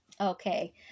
okay